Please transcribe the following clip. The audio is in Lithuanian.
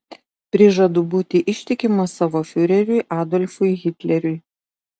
prižadu būti ištikimas savo fiureriui adolfui hitleriui